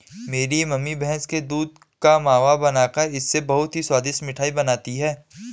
मेरी मम्मी भैंस के दूध का मावा बनाकर इससे बहुत ही स्वादिष्ट मिठाई बनाती हैं